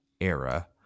era